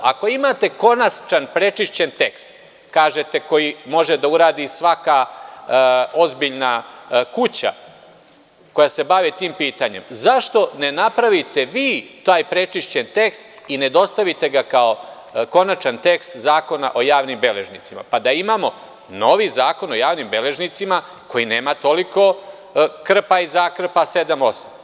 Ako imate konačan prečišćen tekst, kažete, koji može da uradi svaka ozbiljna kuća koja se bavi tim pitanjem, zašto ne napravite vi taj prečišćen tekst i ne dostavite ga kao konačan tekst Zakona o javnim beležnicima, pa da imamo novi zakon o javnim beležnicima koji nema toliko krpa i zakrpa, sedam, osam?